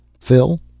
Phil